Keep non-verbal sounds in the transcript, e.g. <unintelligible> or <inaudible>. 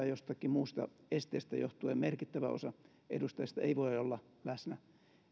<unintelligible> jostakin muusta esteestä johtuen merkittävä osa edustajista ei voi olla läsnä